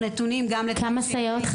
נתונים --- (אומרת דברים בשפת הסימנים,